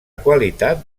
qualitat